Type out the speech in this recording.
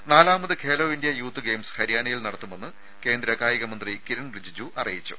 രമേ നാലാമത് Khelo India youth games ഹരിയാനയിൽ നടത്തുമെന്ന് കേന്ദ്ര കായിക മന്ത്രി കിരൺ റിജിജു അറിയിച്ചു